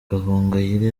gahongayire